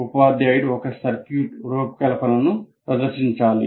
ఉపాధ్యాయుడు ఒక సర్క్యూట్ రూపకల్పనను ప్రదర్శించాలి